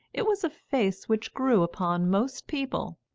it was a face which grew upon most people,